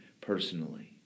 personally